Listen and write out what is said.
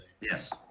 Yes